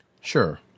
Sure